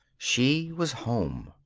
she was home.